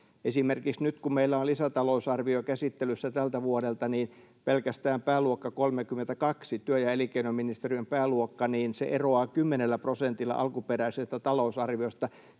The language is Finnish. Esimerkiksi nyt, kun meillä on lisätalousarvio käsittelyssä tältä vuodelta, pelkästään pääluokka 32, työ- ja elinkeinoministeriön pääluokka, se eroaa kymmenellä prosentilla alkuperäisestä talousarviosta.